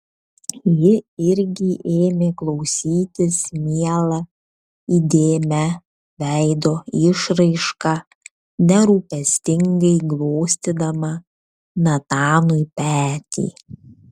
ji irgi ėmė klausytis miela įdėmia veido išraiška nerūpestingai glostydama natanui petį